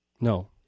No